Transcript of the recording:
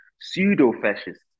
pseudo-fascist